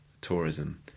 tourism